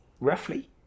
roughly